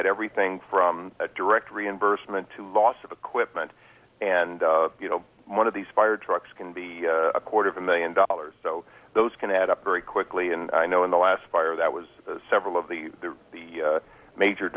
had everything from a direct reimbursement loss of equipment and you know one of these fire trucks can be a quarter of a million dollars so those can add up very quickly and i know in the last fire that was several of the the